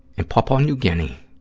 in papua new guinea